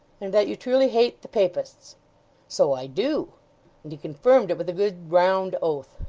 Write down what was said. and that you truly hate the papists so i do and he confirmed it with a good round oath.